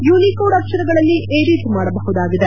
Unicode ಅಕ್ಸರಗಳಲ್ಲಿ edit ಮಾಡಬಹುದಾಗಿದೆ